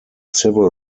civil